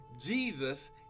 Jesus